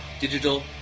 Digital